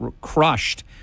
crushed